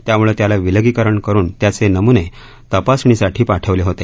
त्याम्ळं त्याला विलगीकरण करुन त्याचे नम्ने तपासणीसाठी पाठवले होते